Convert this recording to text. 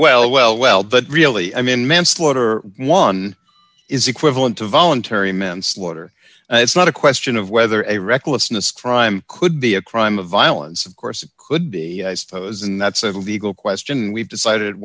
well well well but really i mean manslaughter one is equivalent to voluntary manslaughter and it's not a question of whether a recklessness crime could be a crime of violence of course it could be used those and that's a legal question we've decided